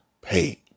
paid